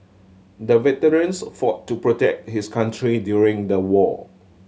the veterans fought to protect his country during the war